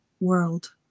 world